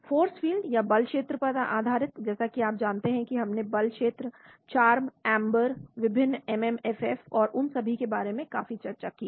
force field या बल क्षेत्र पर आधारित तो जैसा कि आप जानते हैं कि हमने बल क्षेत्र CHARMM AMBER विभिन्न MMFF और उन सभी के बारे में काफी चर्चा की है